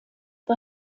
war